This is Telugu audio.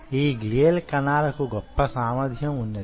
ఈ గ్లియల్ కణాలకు గొప్ప సామర్థ్యం వున్నది